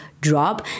drop